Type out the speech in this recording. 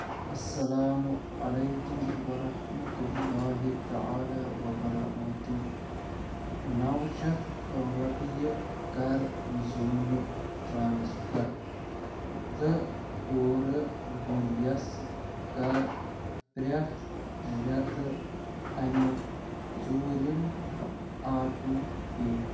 اَسلام علیکم ورحمتہ اللہ تعالیٰ وبرکاتہ نَو شَتھ رۄپیہِ کَر زوٗنہِ ٹرٛانسفَر تہٕ پوٗرٕ ؤریَس کَر پرٛٮ۪تھ رٮ۪تہٕ اَمیُک ژوٗرِم آٹوٗ پے